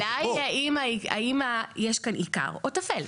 אבל השאלה היא האם, יש כאן עיקר או תפל.